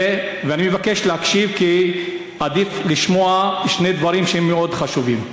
ואני מבקש להקשיב כי עדיף לשמוע שני דברים שהם מאוד חשובים.